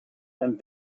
and